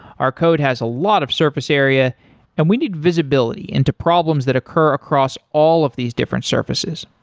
our code has a lot of surface area and we need visibility into problems that occur across all of these different surfaces.